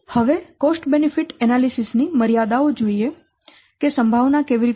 હવે cost benefit analysis ની મર્યાદાઓ જોઈએ કે સંભાવના કેવી રીતે સોંપવી